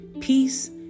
peace